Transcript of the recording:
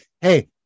hey